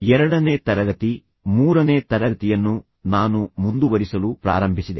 ಎರಡನೇ ತರಗತಿ ಮೂರನೇ ತರಗತಿಯನ್ನು ನಾನು ಮುಂದುವರಿಸಲು ಪ್ರಾರಂಭಿಸಿದೆ